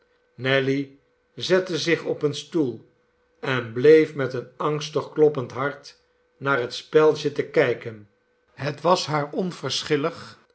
nelly zette zich op een stoel en bleef met een angstig kloppend hart naar het spel zitten kijken het was haar